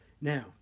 Now